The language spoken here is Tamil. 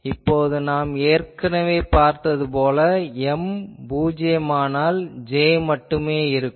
இப்போது நாம் ஏற்கனவே பார்த்தது போல M என்பது பூஜ்யமானால் J மட்டுமே இருக்கும்